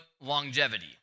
longevity